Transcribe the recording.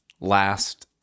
last